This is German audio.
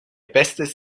bestes